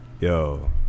yo